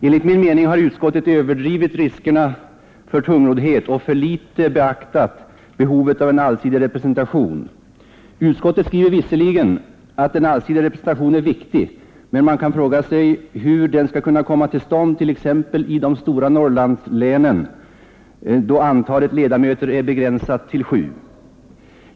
Enligt min mening har utskottet överdrivit riskerna för tungroddhet och alltför litet beaktat behovet av en allsidig representation. Utskottet skriver visserligen att en allsidig representation är viktig, men man kan fråga sig hur en sådan skall kunna komma till stånd t.ex. i de stora Norrlandslänen då antalet ledamöter är begränsat till sju.